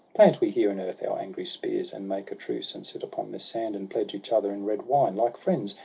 plant we here in earth our angry spears, and make a truce, and sit upon this sand. and pledge each other in red wine, like friends.